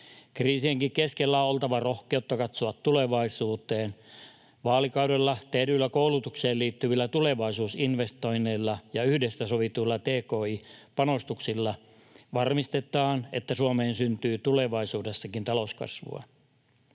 Kriisienkin keskellä on oltava rohkeutta katsoa tulevaisuuteen. Vaalikaudella tehdyillä koulutukseen liittyvillä tulevaisuusinvestoinneilla ja yhdessä sovituilla tki-panostuksilla varmistetaan, että Suomeen syntyy tulevaisuudessakin talouskasvua,